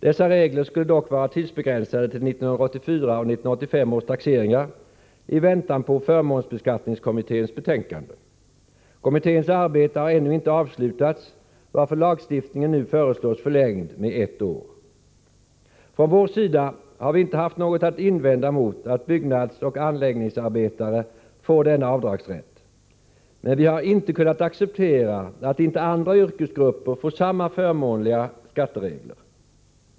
Dessa regler skulle dock vara tidsbegränsade till 1984 och 1985 års taxeringar, i väntan på förmånsbeskattningskommitténs betänkande. Kommitténs arbete har ännu inte avslutats, varför lagstiftningen nu föreslås förlängd med ett år. Från vår sida har vi inte haft något att invända mot att byggnadsoch anläggningsarbetare får denna avdragsrätt, men vi har inte kunnat acceptera att inte andra yrkesgrupper får samma förmånliga skatteregler.